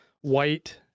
white